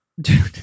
Dude